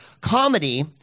Comedy